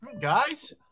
guys